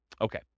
Okay